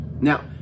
Now